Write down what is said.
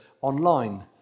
Online